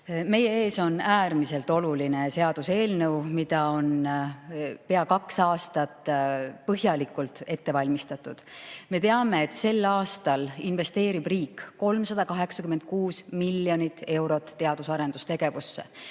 Meie ees on äärmiselt oluline seaduseelnõu, mida on pea kaks aastat põhjalikult ette valmistatud. Me teame, et sel aastal investeerib riik 386 miljonit eurot teadus- ja arendustegevusse.